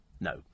no